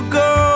go